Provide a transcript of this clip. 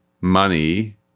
money